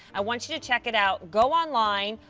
i want you to check it out. go online.